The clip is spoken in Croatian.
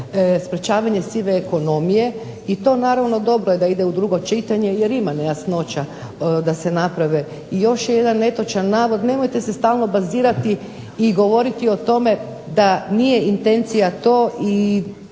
sprečavanje sive ekonomije i to naravno dobro je da ide u drugo čitanje jer ima nejasnoća da se naprave. I još je jedan netočan navod, nemojte se stalno bazirati i govoriti o tome da nije intencija to i